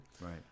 Right